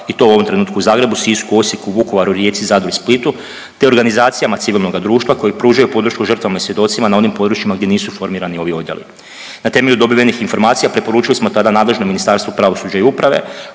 i to u ovom trenutku u Zagrebu, Sisku, Osijeku, Vukovaru, Rijeci, Zadru i Splitu, te organizacijama civilnoga društva koje pružaju podršku žrtvama i svjedocima na onim područjima gdje nisu formirani ovi odjeli. Na temelju dobivenih informacija preporučili smo tada nadležnom Ministarstvu pravosuđa i uprave